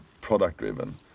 product-driven